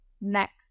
next